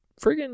friggin